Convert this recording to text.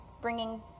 bringing